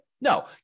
No